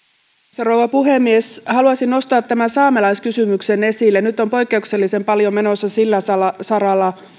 arvoisa rouva puhemies haluaisin nostaa tämän saamelaiskysymyksen esille nyt on poikkeuksellisen paljon menossa sillä saralla saralla